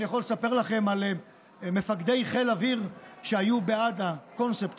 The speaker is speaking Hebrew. אני יכול לספר לכם על מפקדי חיל האוויר שהיו בעד הקונספט